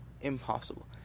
Impossible